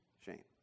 shame